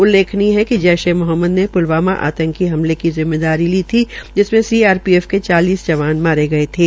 उल्लेखनीय है कि जैसे ए मोहम्मद ने प्लवामा आतंकी हमले की जिम्मेदारी ली थी जिसमें सीआरपीएफ के चालीस जवान मारे गये थे